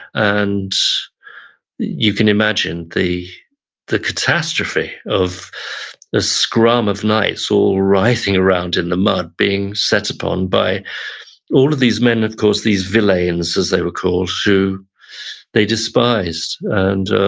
and you can imagine the the catastrophe of a scrum of knights all writhing around in the mud being set upon by all of these men of course, these villeins as they were called, who they despised and